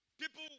People